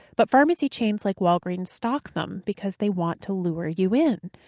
but pharmacy chains like walgreens stock them because they want to lure you in,